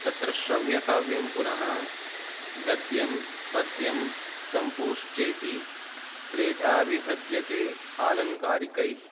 तत्र श्रव्यकाव्यं पुनः गद्यं पद्यं चम्पूश्चेति त्रेधा विभज्यते आलङ्कारिकैः